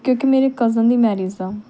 ਕਿਉਂਕਿ ਮੇਰੇ ਕਜ਼ਨ ਦੀ ਮੈਰਿਜ ਆ